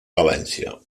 valència